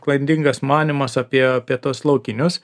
klaidingas manymas apie apie tuos laukinius